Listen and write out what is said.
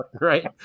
right